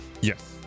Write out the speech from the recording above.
Yes